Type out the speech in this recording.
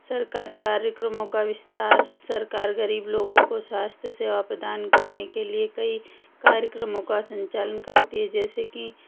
सरकारी कार्यक्रमों का विस्तार सरकार गरीब लोगों को स्वास्थ्य सेवा प्रदान करने के लिए कई कार्यक्रमों का संचालन करती है जैसे की